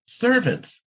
servants